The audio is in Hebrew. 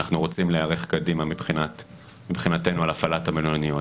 אנחנו רוצים להיערך קדימה מבחינתנו על הפעלת המלוניות,